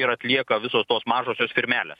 ir atlieka visos tos mažosios firmelės